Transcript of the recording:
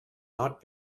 not